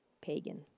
pagan